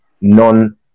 non